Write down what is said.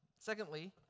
Secondly